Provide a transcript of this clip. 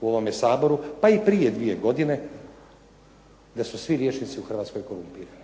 u ovome Saboru, pa i prije dvije godine, da su svi liječnici u Hrvatskoj korumpirani.